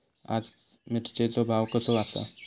आज मिरचेचो भाव कसो आसा?